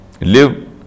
live